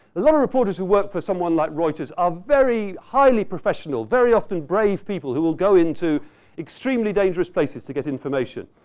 a lot of reporters who work for someone like reuters are very highly professional, very often brave people who will go into extremely dangerous spaces to get information.